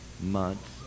months